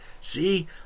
See